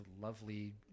lovely